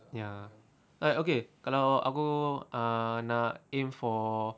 ya like okay kalau aku ah nak aim for